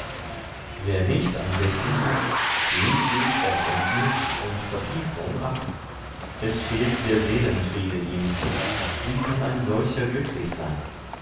wer nicht andächtig ist dem geht erkenntnis und vertiefung ab es fehlt der seelenfriede ihm wie kann ein solcher glücklich sein